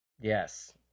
Yes